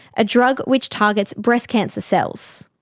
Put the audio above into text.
a drug which targets breast cancer cells.